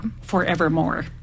forevermore